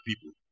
people